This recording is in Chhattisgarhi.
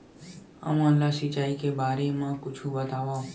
हमन ला सिंचाई के बारे मा कुछु बतावव?